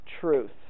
truth